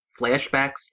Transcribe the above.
flashbacks